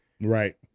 Right